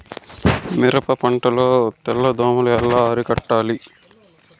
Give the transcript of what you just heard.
మిరప పంట లో తెల్ల దోమలు ఎలా అరికట్టాలి?